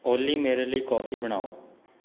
ਓਲੀ ਮੇਰੇ ਲਈ ਕੌਫੀ ਬਣਾਉ